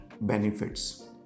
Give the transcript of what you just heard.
benefits